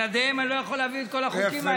שבלעדיהם אני לא יכול להביא את כל החוקים האלה.